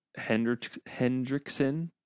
hendrickson